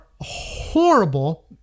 horrible